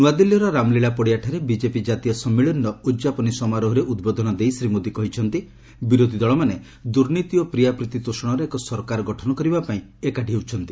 ନ୍ତଆଦିଲ୍ଲୀର ରାମଲୀଳା ପଡିଆଠାରେ ବିଜେପି ଜାତୀୟ ସମ୍ମିଳନୀର ଉଦ୍ଯାପନୀ ସମାରୋହରେ ଉଦ୍ବୋଧନ ଦେଇ ଶ୍ରୀ ମୋଦି କହିଛନ୍ତି ବିରୋଧୀ ଦଳମାନେ ଦୁର୍ନୀତି ଓ ପ୍ରିୟାପ୍ରୀତି ତୋଷଣର ଏକ ସରକାର ଗଠନ କରିବା ପାଇଁ ଏହି ଦଳମାନେ ଏକାଠି ହେଉଛନ୍ତି